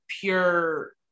pure